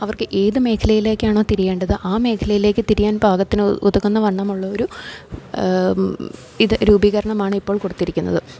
അവർക്ക് ഏതു മേഖലയിലേക്കാണോ തിരിയേണ്ടത് ആ മേഖലയിലേക്കു തിരിയാൻപാകത്തിന് ഉതകുന്നവണ്ണമുള്ള ഒരു ഇത് രൂപീകരണമാണ് ഇപ്പോൾ കൊടുത്തിരിക്കുന്നത്